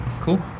Cool